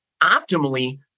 optimally